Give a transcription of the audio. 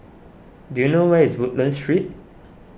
do you know where is Woodlands Street